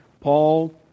paul